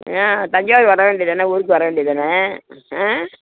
ஆ தஞ்சாவூர் வர வேண்டியது தானே ஊருக்கு வர வேண்டியது தானே ஆ